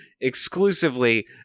exclusively